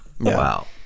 Wow